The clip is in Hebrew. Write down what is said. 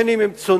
בין אם הם צוננים,